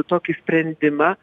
tokį sprendimą